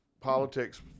politics